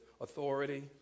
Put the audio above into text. authority